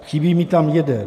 Chybí mi tam jeden.